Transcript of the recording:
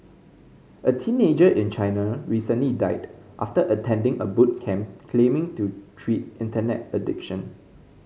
a teenager in China recently died after attending a boot camp claiming to treat Internet addiction